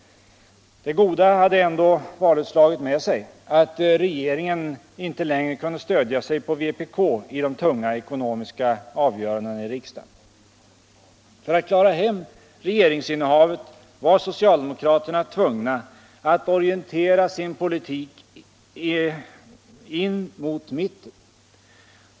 Det goda hade ändå valutslaget med sig att regeringen inte längre kunde stödja sig på vpk i de tunga ekonomiska avgörandena i riksdagen. För att klara hem regeringsinnehavet var socialdemokraterna tvungna att orientera sin politik in mot mitten.